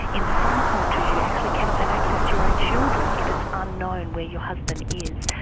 in some cultures you actually cannot have access to your own children if it's unknown where your husband is.